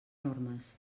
normes